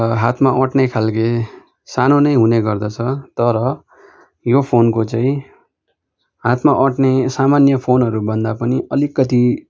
हातमा अँट्ने खालको सानो नै हुने गर्दछ तर यो फोनको चाहिँ हातमा अँट्ने सामान्य फोनहरू भन्दा पनि अलिकति